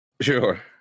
Sure